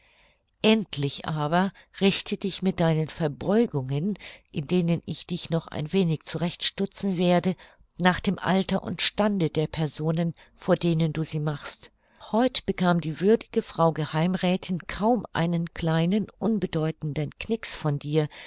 endlich aber richte dich mit deinen verbeugungen in denen ich dich noch ein wenig zurecht stutzen werde nach dem alter und stande der personen vor denen du sie machst heut bekam die würdige frau geheimräthin kaum einen kleinen unbedeutenden knix von dir